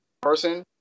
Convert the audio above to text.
person